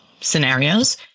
scenarios